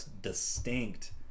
distinct